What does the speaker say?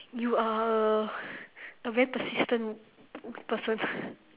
you are a a very persistent person